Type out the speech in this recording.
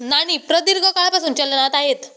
नाणी प्रदीर्घ काळापासून चलनात आहेत